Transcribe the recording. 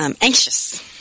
anxious